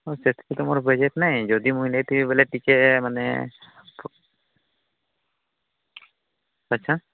ହଁ ସେଥିକି ତ ମୋର ବଜେଟ୍ ନାଇଁ ଯଦି ମୁଁ ନେଇଥିବି ବୋଲେ ଟିକେ ମାନେ ଆଚ୍ଛା